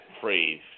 phrase